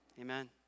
Amen